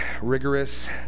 rigorous